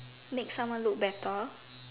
make someone look better